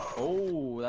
oh